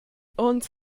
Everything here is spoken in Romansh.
onns